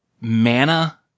mana